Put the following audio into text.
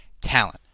talent